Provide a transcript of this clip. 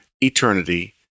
eternity